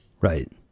right